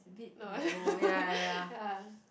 no ya